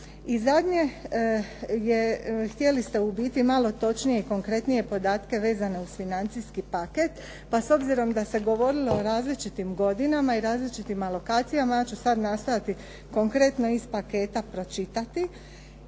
I zadnje je, htjeli ste u biti malo točnije i konkretnije podatke vezane uz financijski paket, pa s obzirom da se govorilo o različitim godinama i različitim alokacijama, ja ću sad nastojati konkretno iz paketa pročitati.